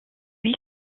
lui